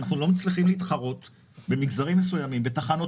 אנחנו לא מצליחים להתחרות במגזרים מסוימים ובתחנות